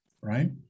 right